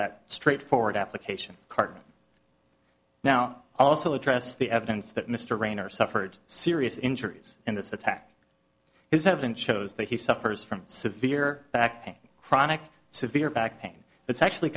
that straightforward application cartman now also address the evidence that mr rayner suffered serious injuries in this attack his head and shows that he suffers from severe back pain chronic severe back pain it's actually